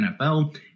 NFL